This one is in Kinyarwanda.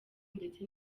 ndetse